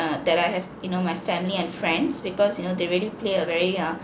uh that I have you know my family and friends because you know they really play a very err